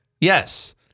Yes